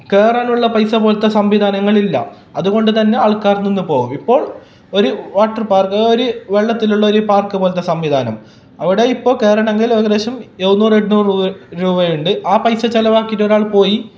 കയറാനുള്ള പൈസ പോലത്തെ സംവിധാനങ്ങൾ ഇല്ല അതുകൊണ്ട് തന്നെ ആൾക്കാർ നിന്ന് പോവും ഇപ്പോൾ ഒരു വാട്ടർ പാർക്ക് ഒരു വെള്ളത്തിലുള്ള ഒരു പാർക്ക് പോലത്തെ സംവിധാനം അവിടെ ഇപ്പം കയറണമെങ്കിൽ ഏകദേശം എഴുന്നൂർ എണ്ണൂർ രൂപ ഉണ്ട് ആ പൈസ ചിലവാക്കിയിട്ട് ഒരാൾ പോയി